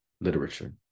literature